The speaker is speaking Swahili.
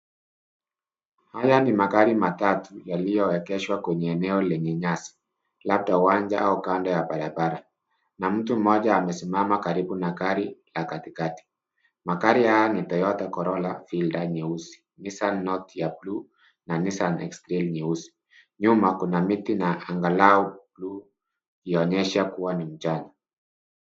Haya ni magari matatu yaliyoegeshwa kwenye eneo lenye nyasi labda uwanja au kando ya barabara na mtu mmoja amesimama karibu na gari ya katikati. Magari haya ni Toyota Corolla fielder nyeusi, Nissan note ya bluu na Nissan xtrail nyeusi. Nyuma kuna miti na angalau bluu ikionyesha kuwa ni mchana.